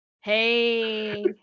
Hey